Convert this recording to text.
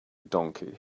donkey